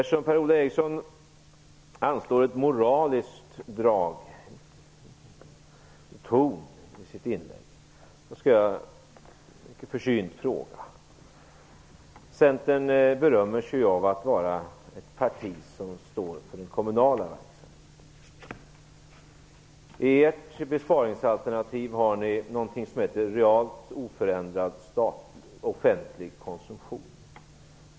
Eftersom Per-Ola Eriksson anslår en moralisk ton i sitt inlägg skall jag mycket försynt fråga en sak. Centern berömmer sig av att vara ett parti som står för den kommunala verksamheten. I ert besparingsalternativ har ni någonting som heter realt oförändrad offentlig konsumtion.